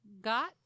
got